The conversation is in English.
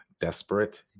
desperate